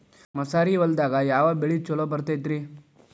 ಮಸಾರಿ ಹೊಲದಾಗ ಯಾವ ಬೆಳಿ ಛಲೋ ಬರತೈತ್ರೇ?